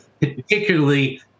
particularly